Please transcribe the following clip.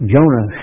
Jonah